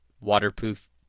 waterproof